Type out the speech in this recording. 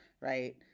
right